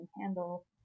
handle